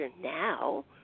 now